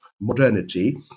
modernity